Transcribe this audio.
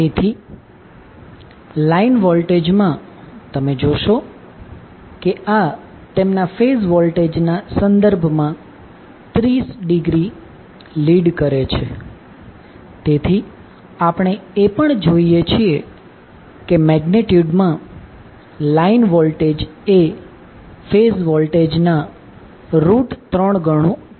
તેથી line voltage માં તમે જોશો કે આ તેમના ફેઝ વોલ્ટેજના સંદર્ભમાં 30 ડિગ્રી લિડ કરે છે તેથી આપણે એ પણ જોઈએ છીએ કે મેગ્નિટ્યુડમા લાઇન વોલ્ટેજ એ ફેઝ વોલ્ટેજના 3 ગણુ છે